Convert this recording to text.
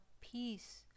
Peace